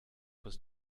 was